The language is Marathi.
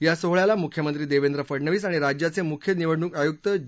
या सोहळ्याला मुख्यमंत्री देवेंद्र फडणवीस आणि राज्याचे मुख्य निवडणूक आयुक्त ज